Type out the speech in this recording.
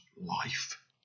life